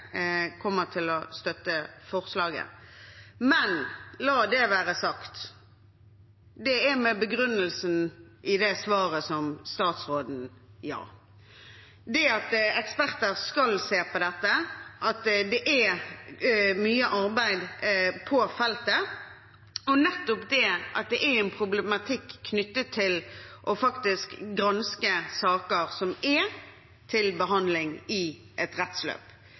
kommer til å støtte forslaget. Men la det være sagt: Det er med begrunnelse i det svaret som statsråden ga, at eksperter skal se på dette, at det er mye arbeid på feltet, og nettopp at det er en problematikk knyttet til å granske saker som er til behandling i et rettsløp.